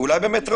ואולי באמת ראוי,